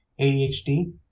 ADHD